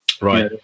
Right